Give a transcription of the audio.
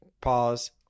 pause